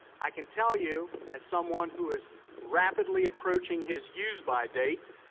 i can tell you, as someone who is rapidly approaching his use-by date,